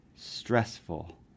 stressful